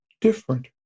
different